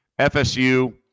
FSU